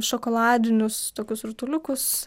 šokoladinius tokius rutuliukus